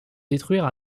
détruire